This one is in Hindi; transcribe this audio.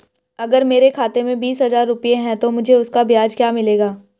अगर मेरे खाते में बीस हज़ार रुपये हैं तो मुझे उसका ब्याज क्या मिलेगा?